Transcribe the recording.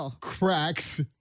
cracks